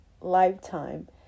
lifetime